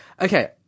Okay